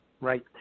Right